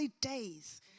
days